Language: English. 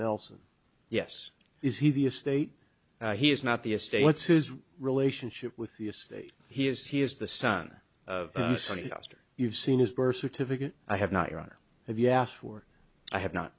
nelson yes is he the estate he is not the estate what's his relationship with the estate he is he is the son you see you've seen his birth certificate i have not your honor have you asked for i have not